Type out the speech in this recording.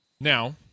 Now